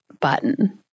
button